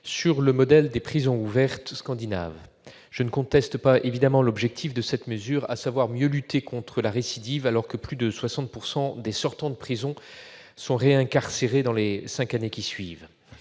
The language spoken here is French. sur le modèle des « prisons ouvertes » scandinaves. Je ne conteste pas l'objectif, à savoir mieux lutter contre la récidive, alors que plus 60 % des sortants de prison sont réincarcérés dans les cinq ans. Ce qui pose